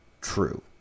true